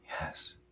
Yes